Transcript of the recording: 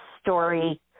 story